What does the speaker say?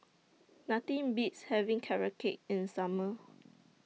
Nothing Beats having Carrot Cake in Summer